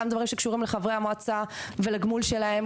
גם דברים שקשורים לחברי המועצה ולגמול שלהם,